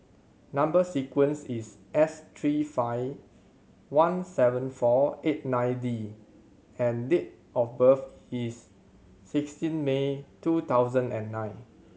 number sequence is S three five one seven four eight nine D and date of birth is sixteen May two thousand and nine